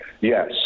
Yes